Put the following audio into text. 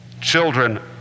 children